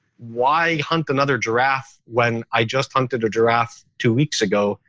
why hunt another giraffe when i just hunted a giraffe two weeks ago,